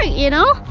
ah you know?